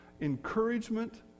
encouragement